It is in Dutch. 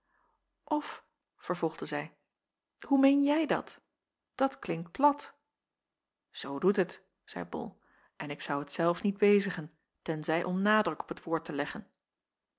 of vervolgde zij hoe meen jij dat dat klinkt plat zoo doet het zeî bol en ik zou het zelf niet bezigen tenzij om nadruk op het woord te leggen